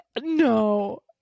no